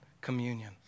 communion